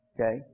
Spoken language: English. Okay